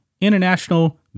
international